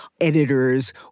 editors